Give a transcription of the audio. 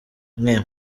mwe